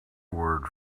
word